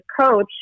coach